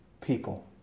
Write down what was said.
people